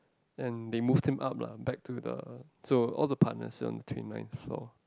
and they moved him up lah back to the so all the partners are on the twenty ninth floor